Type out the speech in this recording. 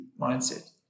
mindset